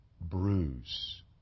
bruise